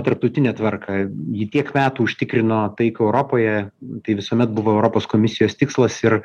tarptautinę tvarką ji tiek metų užtikrino taiką europoje tai visuomet buvo europos komisijos tikslas ir